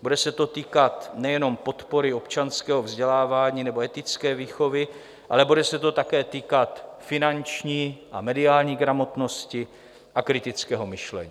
Bude se to týkat nejenom podpory občanského vzdělávání nebo etické výchovy, ale bude se to také týkat finanční a mediální gramotnosti a kritického myšlení.